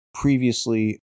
previously